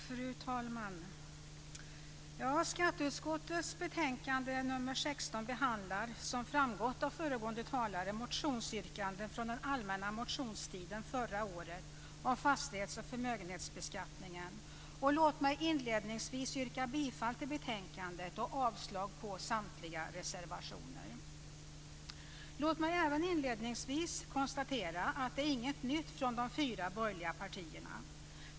Fru talman! Skatteutskottets betänkande nr 16 behandlar - som framgått av föregående talare - motionsyrkanden från den allmänna motionstiden förra året om fastighets och förmögenhetsbeskattningen, och låt mig inledningsvis yrka bifall till förslaget i betänkandet och avslag på samtliga reservationer. Låt mig även inledningsvis konstatera att det inte är något nytt från de fyra borgerliga partierna.